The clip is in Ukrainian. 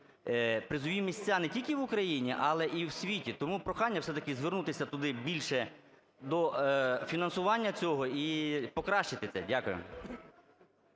призові місця не тільки в Україні, але і в світі. Тому прохання все-таки звернутися туди, більше до фінансування цього і покращити це. Дякую.